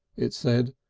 it said,